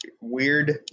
weird